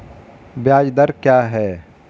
ब्याज दर क्या है?